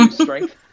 strength